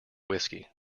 whisky